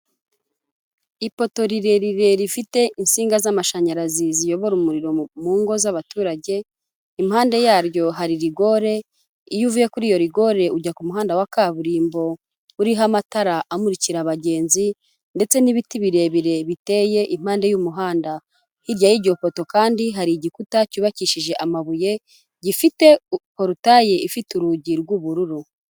Ipoto rirerire rifite insinga z'amashanyarazi ziyobora umuriro mu ngo z'abaturage, impande yaryo hari rigore, iyo uvuye kuri iyo rigore ujya ku muhanda wa kaburimbo, uriho amatara amurikira abagenzi, ndetse n'ibiti birebire biteye impande y'umuhanda. Hirya y'iryo poto kandi hari igikuta cyubakishije amabuye, gifite porutaye ifite urugi rw'ubururu.